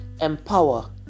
empower